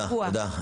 שבוע.